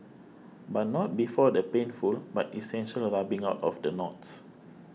but not before the painful but essential rubbing out of the knots